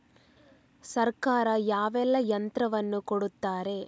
ಸರ್ಕಾರ ಯಾವೆಲ್ಲಾ ಯಂತ್ರವನ್ನು ಕೊಡುತ್ತಾರೆ?